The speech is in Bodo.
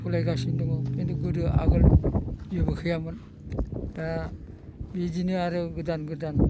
सालाय गासिनो दङ खिन्थु गोदो आगोल जेबो गैयामोन दा बिदिनो आरो गोदान गोदान